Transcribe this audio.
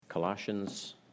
Colossians